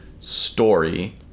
story